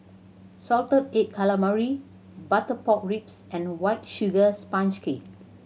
salted egg calamari butter pork ribs and White Sugar Sponge Cake